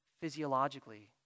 physiologically